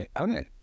Okay